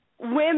women